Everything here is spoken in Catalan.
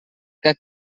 que